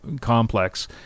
complex